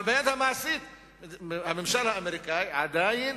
אבל ביד המעשית הממשל האמריקני עדיין